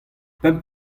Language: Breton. pemp